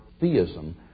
theism